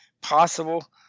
possible